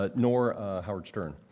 ah nor howard stern.